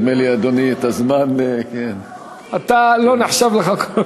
צריך, נדמה לי, אדוני, את הזמן, אתה, לא נחשב לך.